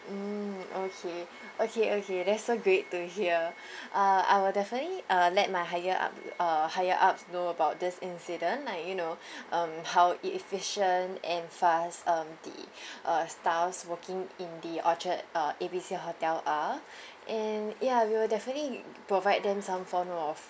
mm okay okay okay that's so great to hear uh I will definitely uh let my higher up err higher up know about this incident like you know um how efficient and fast um the uh staffs working in the orchard uh A B C hotel are and ya we will definitely provide them some form of